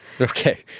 Okay